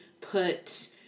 put